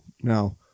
now